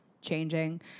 changing